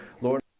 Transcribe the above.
Lord